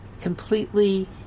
completely